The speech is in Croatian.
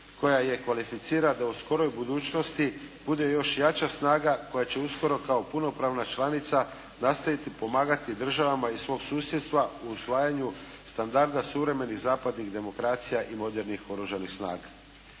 koja je kvalificira da u skoroj budućnosti bude još jača snaga koja će uskoro kao punopravna članica nastaviti pomagati državama iz svog susjedstva u usvajanju standarda suvremenih zapadnih demokracija i modernih Oružanih snaga.